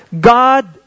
God